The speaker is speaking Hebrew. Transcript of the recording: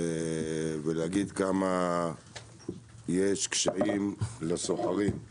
ולהגיד כמה שיש לסוחרים קשיים.